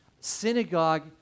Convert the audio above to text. Synagogue